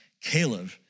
Caleb